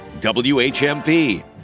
WHMP